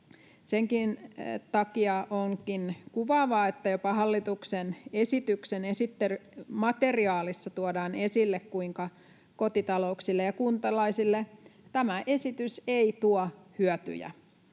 Sen takia onkin kuvaavaa, että jopa hallituksen esityksen materiaalissa tuodaan esille, kuinka kotitalouksille ja kuntalaisille tämä esitys ei tuo hyötyjä.